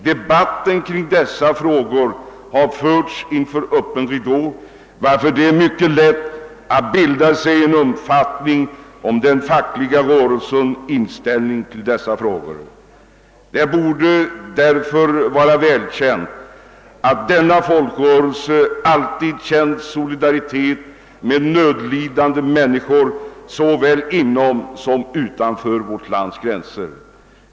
Debatten i dessa frågor har förts inför öppen ridå, varför det är mycket lätt att bilda sig en uppfattning om den fackliga rörelsens inställning. Det borde vara välkänt att denna folkrörelse alltid känt solidaritet med nödlidande människor såväl inom som utom vårt lands gränser.